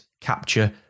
capture